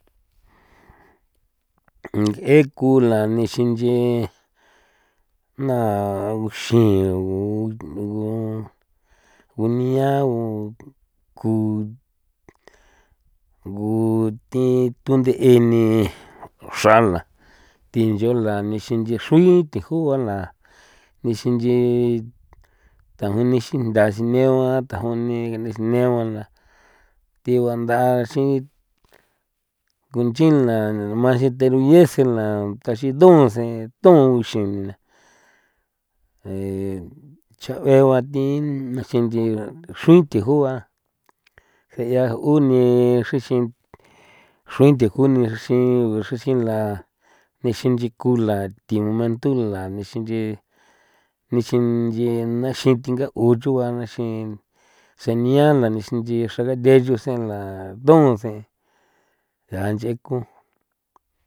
ng'e cula nixin nchi na uxrigoo gu gunia gu ku gun thi tund'e ni xrala thinyola nixin nchi xrui tiju bala nixin nchi taju nixi nda sinegua thajun ni sneguala tigua ndaxi nguchin la masiteruye sen la taxidun sen thun xina cha'ue ba thi naxinchi xrui thijua je'ia uni xruixi xruin thi juni xi xruixila nixin yekula thi mantula nixin nche nixin nche naxin thingau chubana nixin senia la nixin nchi xragathe yusenla donse ya nch'eko.